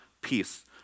peace